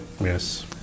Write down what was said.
Yes